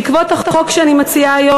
בעקבות החוק שאני מציעה היום